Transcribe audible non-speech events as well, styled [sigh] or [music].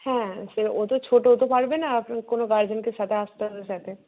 হ্যাঁ সে ও তো ছোটো ও তো পারবে না [unintelligible] কোনো গার্জেনকে সাথে আসতে হবে [unintelligible] সাথে